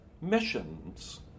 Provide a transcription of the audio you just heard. missions